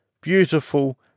Beautiful